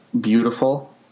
beautiful